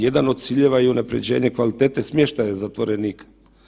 Jedan od ciljeva je i unapređenje kvalitete smještaja zatvorenika.